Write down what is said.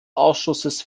ausschusses